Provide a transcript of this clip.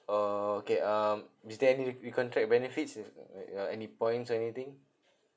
okay um is there any re~ recontract benefits is uh like uh any points or anything